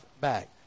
back